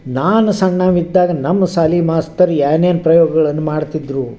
ನಾನು ಸಣ್ಣವ ಇದ್ದಾಗ ನಮ್ಮ ಶಾಲಿ ಮಾಸ್ತರು ಏನೇನ್ ಪ್ರಯೋಗಗಳನ್ನು ಮಾಡ್ತಿದ್ದರು